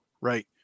right